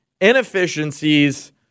inefficiencies